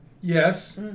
Yes